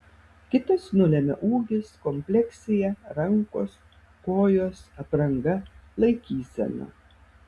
kitas nulemia ūgis kompleksija rankos kojos apranga laikysena